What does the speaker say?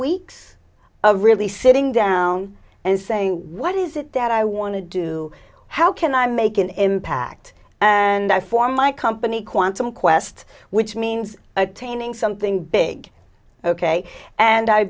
weeks of really sitting down and saying what is it that i want to do how can i make an impact and i for my company quantum quest which means attaining something big ok and i